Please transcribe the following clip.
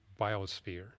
biosphere